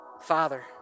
Father